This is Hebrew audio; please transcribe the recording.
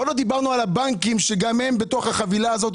עוד לא דיברנו על הבנקים שגם הם בתוך החבילה הזאת,